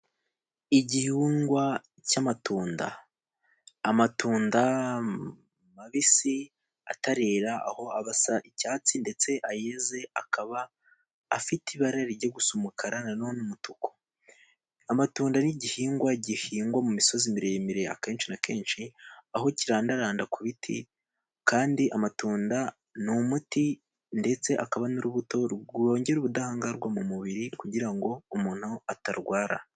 Igihingwa cy'amatunda ,amatunda mabisi atarera aho aba asa icyatsi, ndetse ayeze akaba afite ibara rijya gusa umukara na none umutuku .Amatunda n'igihingwa gihingwa mu misozi miremire akenshi na kenshi, aho kirandaranda ku biti, kandi amatunda ni umuti ndetse akaba n'urubuto rwongera ubudahangarwa mu mubiri kugira ngo umuntu atarwara.